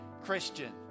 Christian